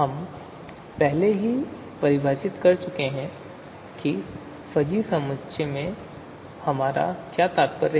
हम पहले ही परिभाषित कर चुके हैं कि फजी समुच्चय से हमारा क्या तात्पर्य है